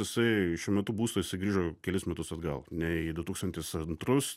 jisai šiuo metu būsto jisai grįžo kelis metus atgal nei du tūkstantis antrus